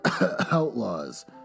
outlaws